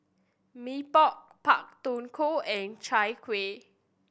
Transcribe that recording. Mee Pok Pak Thong Ko and Chai Kueh